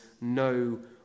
no